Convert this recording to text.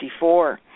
1954